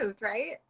right